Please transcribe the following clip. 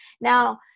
Now